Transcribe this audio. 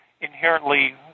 inherently